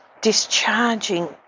Discharging